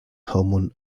homon